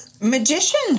magician